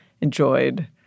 enjoyed